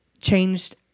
changed